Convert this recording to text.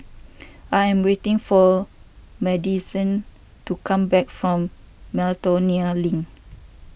I am waiting for Madisyn to come back from Miltonia Link